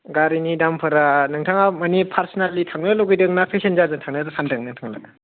गारिनि दामफोरा नोथाङा मानि पार्सानेलि थांनों लुबैदों ना पेसेन्जार जों थांनो सानदों नोथाङालाय